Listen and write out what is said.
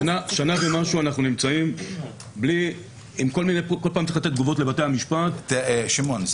שנה ומשהו אנחנו כל פעם צריכים לתת תגובות לבתי המשפט --- אבל שמעון,